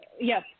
yes